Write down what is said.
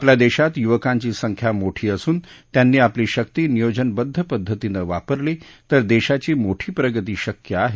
आपल्या देशात युवकांची संख्या मोठी असून त्यांनी आपली शक्ती नियोजनबद्ध पद्धतीनं वापरली तर देशाची मोठी प्रगती शक्य आहे